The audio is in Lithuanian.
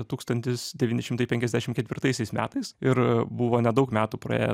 tūkstantis devyni šimtai penkiasdešim ketvirtaisiais metais ir buvo nedaug metų praėję